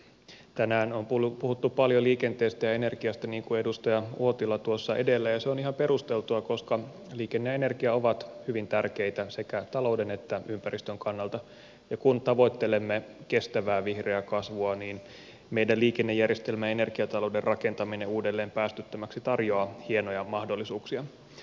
tänään on puhuttu paljon liikenteestä ja energiasta niin kuin edustaja uotila tuossa edellä ja se on ihan perusteltua koska liikenne ja energia ovat hyvin tärkeitä sekä talouden että ympäristön kannalta ja kun tavoittelemme kestävää vihreää kasvua niin meidän liikennejärjestelmän ja energiatalouden rakentaminen uudelleen päästöttömäksi tarjoaa hienoja mahdollisuuksia